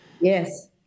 Yes